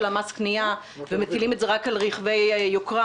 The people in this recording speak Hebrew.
מס הקנייה ומטילים את זה רק על רכבי יוקרה,